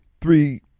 three